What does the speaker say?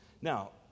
Now